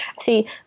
See